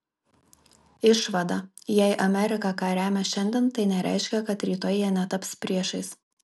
išvada jei amerika ką remia šiandien tai nereiškia kad rytoj jie netaps priešais